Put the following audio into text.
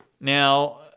Now